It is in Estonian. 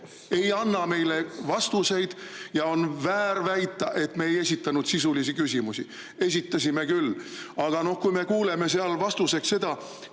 ei anna meile vastuseid. Ja on väär väita, et me ei esitanud sisulisi küsimusi. Esitasime küll! Aga kui me kuuleme vastuseks seda,